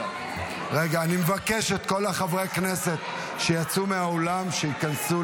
אני מבקש מכל חברי הכנסת שיצאו מהאולם שייכנסו